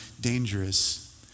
dangerous